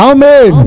Amen